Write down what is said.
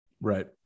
Right